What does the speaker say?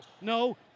No